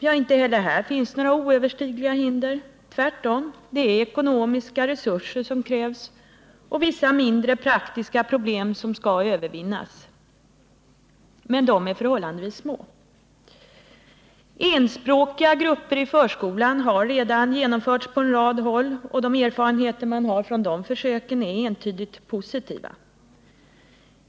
Ja, inte heller här finns några oöverstigliga hinder — tvärtom. Det är ekonomiska resurser som krävs och vissa mindre praktiska problem som skall övervinnas — men de är förhållandevis små. Enspråkiga grupper i förskolan har redan införts på en rad håll, och de erfarenheter man har från de försöken är entydigt positiva.